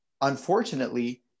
unfortunately